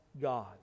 God